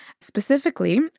Specifically